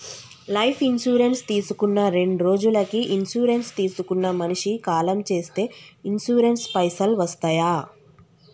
Life insurance తీసుకున్న రెండ్రోజులకి insurance తీసుకున్న మనిషి కాలం చేస్తే ఇన్సూరెన్స్ పైసల్ వస్తయా?